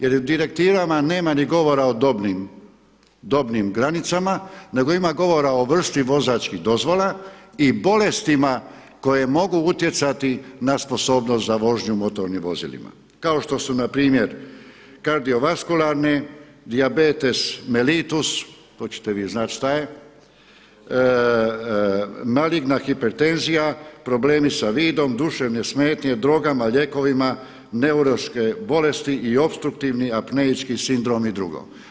Jer u direktivama nema ni govora o dobnim granicama, nego ima govora o vrsti vozačkih dozvola i bolestima koje mogu utjecati na sposobnost za vožnju motornim vozilima kao što su na primjer cardio vaskularne, dijabetes melitus, to ćete vi znati šta je, maligna hipertenzija, problemi sa vidom, duševne smetnje, drogama, lijekovima, neurološke bolesti i opstruktivni apneički sindrom i drugo.